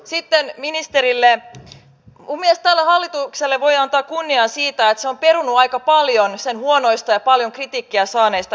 minun mielestäni tälle hallitukselle voi antaa kunnian siitä että se on perunut aika paljon sen huonoja ja paljon kritiikkiä saaneita esityksiä